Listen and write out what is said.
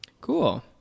Cool